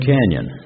Canyon